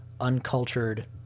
uncultured